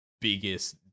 biggest